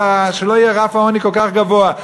שלא יהיה רף העוני כל כך גבוה,